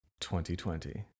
2020